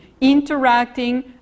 interacting